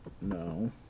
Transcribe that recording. No